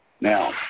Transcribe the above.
Now